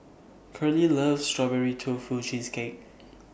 Curley loves Strawberry Tofu Cheesecake